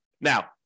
Now